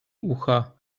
ucha